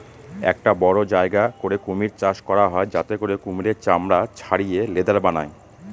একটা বড়ো জায়গা করে কুমির চাষ করা হয় যাতে করে কুমিরের চামড়া ছাড়িয়ে লেদার বানায়